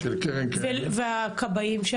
והכבאים?